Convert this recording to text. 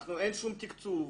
אין שום תקצוב.